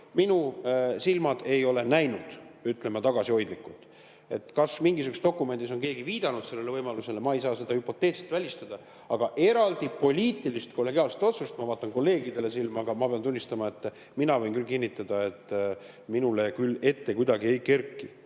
minu silmad ei ole näinud, ütlen ma tagasihoidlikult. Kas mingisuguses dokumendis on keegi viidanud sellele võimalusele? Ma ei saa seda hüpoteetilist väidet välistada, aga eraldi poliitilist kollegiaalset otsust – ma vaatan kolleegidele silma –, ma pean tunnistama, et mina võin küll kinnitada, et minule küll silme ette kuidagi ei kerki.